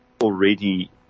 already –